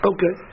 Okay